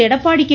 Edappadi K